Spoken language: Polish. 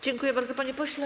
Dziękuję bardzo, panie pośle.